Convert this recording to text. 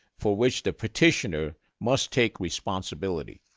for which the petitioner must take responsibility.